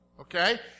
okay